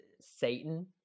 Satan